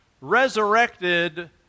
resurrected